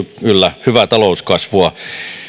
yllä hyvää talouskasvua